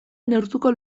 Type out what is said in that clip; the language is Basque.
neurtuko